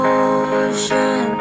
ocean